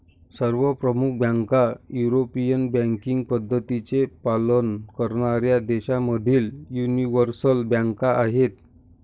सर्व प्रमुख बँका युरोपियन बँकिंग पद्धतींचे पालन करणाऱ्या देशांमधील यूनिवर्सल बँका आहेत